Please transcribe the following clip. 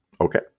Okay